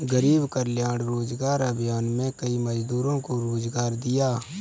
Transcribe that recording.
गरीब कल्याण रोजगार अभियान में कई मजदूरों को रोजगार दिया